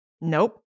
Nope